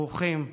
ברוכים תהיו.